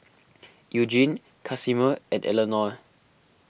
Eugene Casimer and Eleonore